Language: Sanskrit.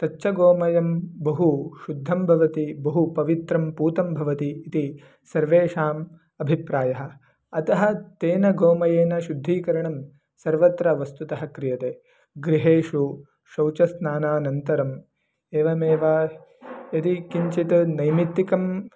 तच्च गोमयं बहु शुद्धं भवति बहु पवित्रं पूतं भवति इति सर्वेषाम् अभिप्रायः अतः तेन गोमयेन शुद्धीकरणं सर्वत्र वस्तुतः क्रियते गृहेषु शौचस्नानन्तरम् एवमेव यदि किञ्चित् नैमित्तिकं